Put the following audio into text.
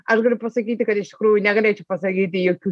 aš galiu pasakyti kad iš tikrųjų negalėčiau pasakyti jokių